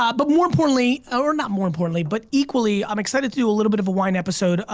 um but more importantly, or not more importantly, but equally, i'm excited to do a little bit of a wine episode.